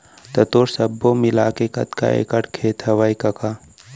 त तोर सब्बो मिलाके कतका एकड़ खेत हवय कका?